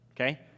Okay